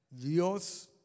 Dios